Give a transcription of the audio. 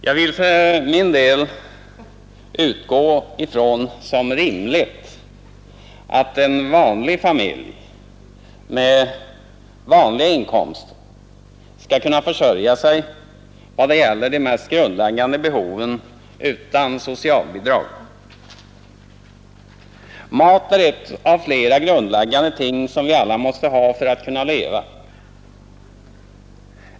Jag vill för min del utgå ifrån som rimligt att en familj med vanliga inkomster skall kunna försörja sig när det gäller de mest grundläggande behoven utan socialbidrag. Mat är ett av flera grundläggande ting som vi alla måste ha för att kunna leva.